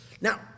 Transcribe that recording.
Now